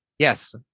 Yes